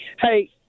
Hey